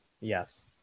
Yes